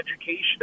education